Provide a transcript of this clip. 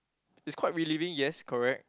it's quite relieving yes correct